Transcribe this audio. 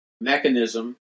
mechanism